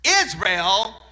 Israel